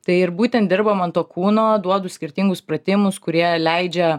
tai ir būtent dirbam ant to kūno duodu skirtingus pratimus kurie leidžia